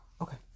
Okay